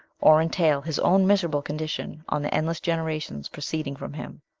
or entail his own miserable condition on the endless generations proceeding from him.